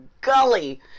gully